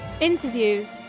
interviews